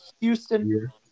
Houston